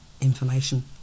information